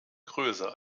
größer